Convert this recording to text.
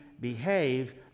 behave